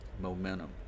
momentum